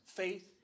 Faith